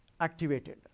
activated